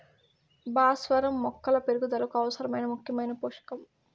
భాస్వరం మొక్కల పెరుగుదలకు అవసరమైన ముఖ్యమైన పోషకం